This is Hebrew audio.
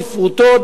ספרותו,